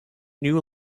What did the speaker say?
new